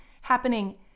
happening